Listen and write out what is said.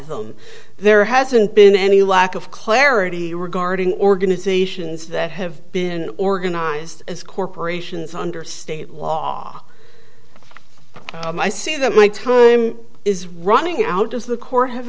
them there hasn't been any lack of clarity regarding organizations that have been organized as corporations under state law and i see that my time is running out of the core ha